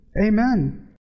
Amen